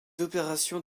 opérations